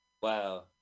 Wow